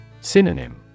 Synonym